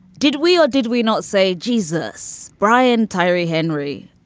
did we or did we not say jesus, brian tyree henry.